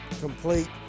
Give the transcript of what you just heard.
complete